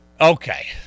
Okay